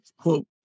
quote